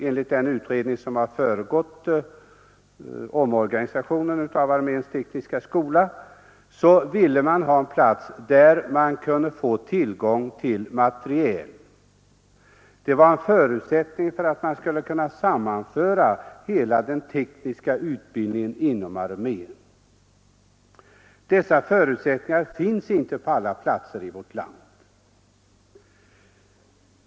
Enligt den utredning som har föregått omorganisationen av arméns tekniska skola ville man ha en plats där man kunde få tillgång till undervisningsmateriel. Det var en förutsättning för att man skulle kunna sammanföra hela den tekniska utbildningen inom armén. Dessa förutsättningar finns inte på alla platser i vårt land.